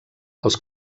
els